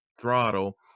throttle